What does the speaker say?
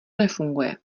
nefunguje